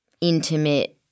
intimate